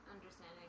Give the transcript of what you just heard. understanding